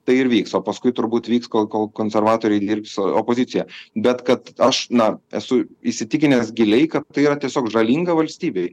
tai ir vyks o paskui turbūt vyks kol kol konservatoriai dirbs opozicijoje bet kad aš na esu įsitikinęs giliai kad tai yra tiesiog žalinga valstybei